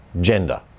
gender